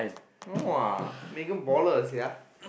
!wah! Megan baller sia